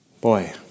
boy